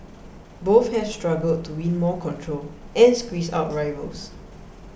both have struggled to win more control and squeeze out rivals